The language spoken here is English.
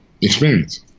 experience